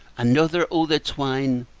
another o' the twine,